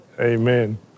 Amen